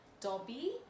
Dobby